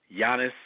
Giannis